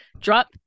drop